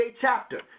chapter